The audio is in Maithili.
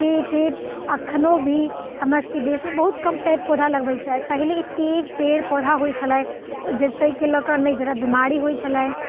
एतेक एतेक एखनो भी हमरा सभकेँ देशमे बहुत कम पेड़ पौधा लगबैत छै पहिले एतेक पेड़ पौधा होइत छलै ओ जतेके लऽ कऽ नहि जादा बीमारी होइत छलै